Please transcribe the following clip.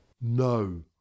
No